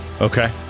Okay